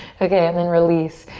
okay, and then release.